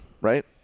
right